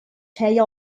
feia